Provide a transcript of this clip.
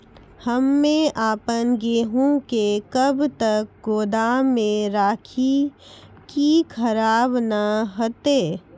हम्मे आपन गेहूँ के कब तक गोदाम मे राखी कि खराब न हते?